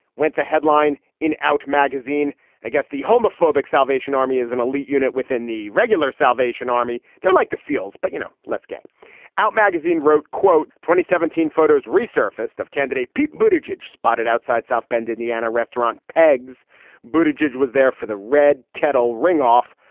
went the headline in out magazine against the homophobic. salvation army is an elite unit within the regular salvation army. they're like the seals. but you know, let's get out magazine wrote, quote, twenty seventeen photos resurfaced of candidate pete buddah jej spotted outside south bend, indiana restaurant peg's buthe jej was there for the red kettle ring off,